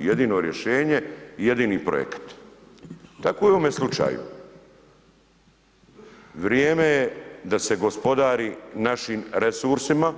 Jedino rješenje i jedini projekat, tako je i u ovome slučaju, vrijeme je da se gospodari našim resursima,